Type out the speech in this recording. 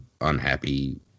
unhappy